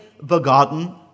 begotten